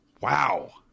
Wow